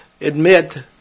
admit